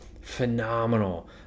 phenomenal